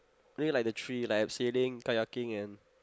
I only like the three like abseiling kayaking and